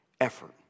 effort